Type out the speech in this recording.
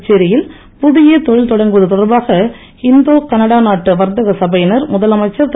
புதுச்சேரியில் புதிய தொழில் தொடங்குவது தொடர்பாக இந்தோ கனடா நாட்டு வர்த்தக சபையினர் முதலமைச்சர் திரு